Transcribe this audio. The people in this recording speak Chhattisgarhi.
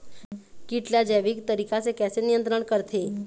कीट ला जैविक तरीका से कैसे नियंत्रण करथे?